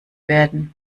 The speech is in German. werden